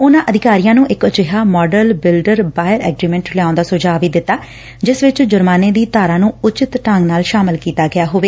ਉਨਾਂ ਅਧਿਕਾਰੀਆਂ ਨੂੰ ਇੱਕ ਅਜਿਹਾ ਮਾਡਲ ਬਿਲਡਰ ਬਾਇਅਰ ਐਗਰੀਮੈਂਟ ਲਿਆਉਣ ਲਈ ਸੁਝਾਅ ਵੀ ਦਿੱਤਾ ਜਿਸ ਵਿੱਚ ਜੁਰਮਾਨੇ ਦੀ ਧਾਰਾ ਨੇ ਉਚਿਤ ਢੰਗ ਨਾਲ ਸ਼ਾਮਲ ਕੀਤਾ ਗਿਆ ਹੋਵੇ